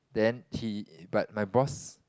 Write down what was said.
then he but my boss